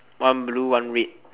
one blue one red